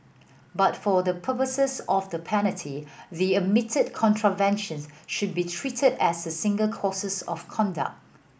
but for the purposes of the penalty the admitted contraventions should be treated as single courses of conduct